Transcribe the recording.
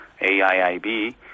AIIB